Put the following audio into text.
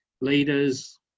leaders